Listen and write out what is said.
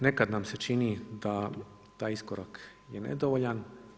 Nekad nam se čini da taj iskorak je nedovoljan.